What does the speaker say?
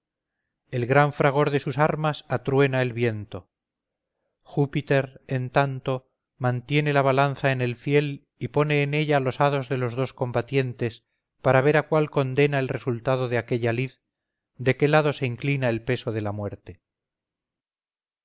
el gran fragor de sus armas atruena el viento júpiter en tanto mantiene la balanza en el fiel y pone en ella los hados de los dos combatientes para ver a cuál condena el resultado de aquella lid de qué lado se inclina el peso de la muerte